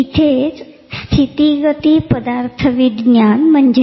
आणि इथेच स्थितीगती पदार्थविज्ञान आणि या विषयात प्रवेश करतात